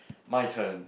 my turn